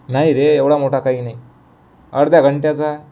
नाही रे एवढा मोठा काही नाही अर्ध्या घंट्याचा